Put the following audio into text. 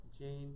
Jane